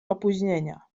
opóźnienia